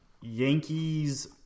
Yankees